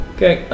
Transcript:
Okay